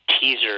Teaser